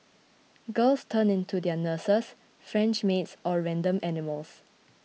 girls turn into their nurses French maids or random animals